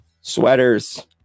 sweaters